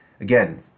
Again